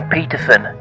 Peterson